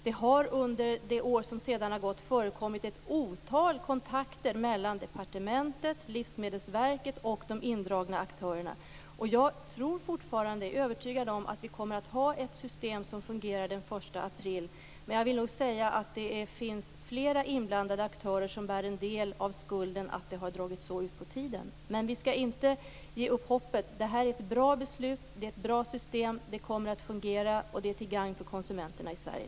Det har under det år som sedan har gått förekommit ett otal kontakter mellan departementet, Livsmedelsverket och de indragna aktörerna. Jag tror fortfarande - jag är övertygad om - att vi kommer att ha ett system som fungerar den 1 april. Men jag vill säga att det nog finns flera inblandade aktörer som bär en del av skulden för att det har dragit ut på tiden. Vi skall ändå inte ge upp hoppet. Det här är ett bra beslut. Det är ett bra system. Det kommer att fungera, och det är till gagn för konsumenterna i Sverige.